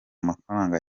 mafaranga